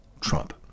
Trump